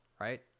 Right